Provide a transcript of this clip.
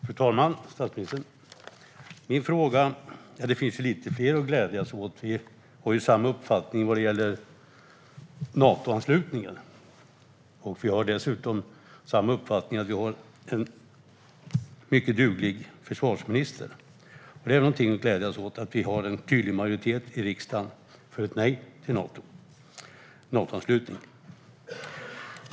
Fru talman och statsministern! Det finns en del att glädjas åt. Vi har samma uppfattning om Natoanslutningen och att vi har en mycket duglig försvarsminister. Det är glädjande att vi har en tydlig majoritet i riksdagen för ett nej till Natoanslutning.